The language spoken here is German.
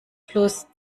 plus